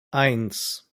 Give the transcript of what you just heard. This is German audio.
eins